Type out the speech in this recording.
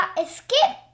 escape